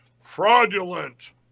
fraudulent